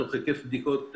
תוך היקף בדיקות גדול.